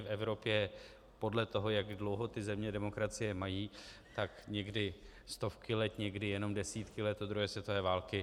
V Evropě podle toho, jak dlouho ty země demokracie mají, tak někdy stovky let, někdy jenom desítky let od druhé světové války.